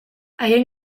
haien